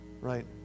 Right